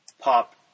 Pop